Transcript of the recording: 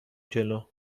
جلو